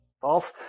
False